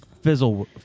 Fizzle